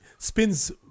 Spins